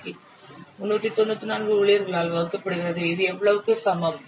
சிக்கு 394 ஊழியர்களால் வகுக்கப்படுகிறது இது எவ்வளவுக்கு சமம்